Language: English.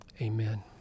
Amen